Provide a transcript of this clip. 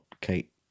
Kate